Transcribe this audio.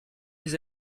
les